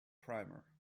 primer